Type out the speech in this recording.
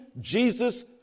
Jesus